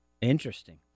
Interesting